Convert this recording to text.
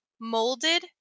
molded